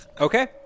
Okay